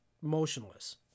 motionless